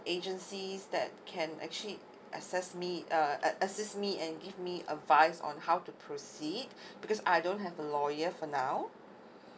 agencies that can actually access me uh a~ assist me and give me advice on how to proceed because I don't have a lawyer for now